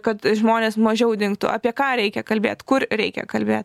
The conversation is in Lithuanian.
kad žmonės mažiau dingtų apie ką reikia kalbėt kur reikia kalbėt